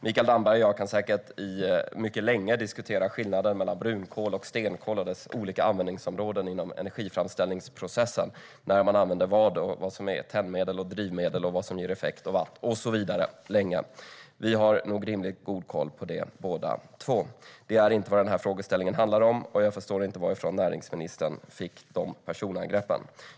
Mikael Damberg och jag kan säkert mycket länge diskutera skillnaden mellan brunkol och stenkol och deras olika användningsområden inom energiframställningsprocessen, när man använder vad, vad som är tändmedel och drivmedel, vad som ger effekt och watt och så vidare, länge. Vi har nog rimligt god koll på det båda två. Det är inte vad denna frågeställning handlar om, och jag förstår inte varifrån näringsministern fick dessa personangrepp.